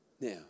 Now